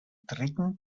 dritten